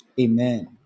Amen